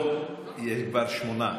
לא, יש כבר שמונה.